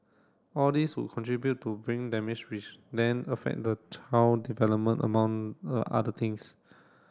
all these would contribute to brain damage which then affect the child development among the other things